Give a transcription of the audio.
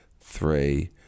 three